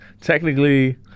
Technically